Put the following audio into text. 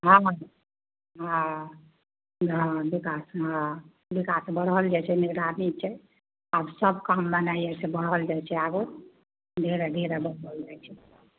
हँ हँ हँ बिकास हँ बिकास बढ़ल जाय छै निगरानी छै आब सब काम मने बढ़ल जाय छै आगू धीरे धीरे बढ़ल जाय छै